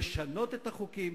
לשנות את החוקים.